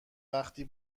وقتی